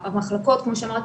המחלקות כמו שאמרתי,